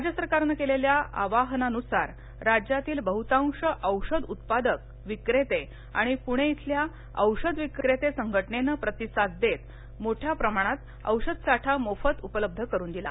राज्य सरकारनं केलेल्या आवाहनानुसार राज्यातील बहुतांश औषध उत्पादक विक्रेत आणि पुणे अल्या औषध विक्रेत संघटनेनं प्रतिसाद देत मोठ्या प्रमाणात औषधसाठा मोफत उपलब्ध करुन दिला